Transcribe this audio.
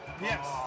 Yes